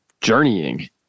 journeying